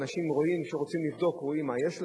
אנשים שרוצים לבדוק רואים מה יש להם.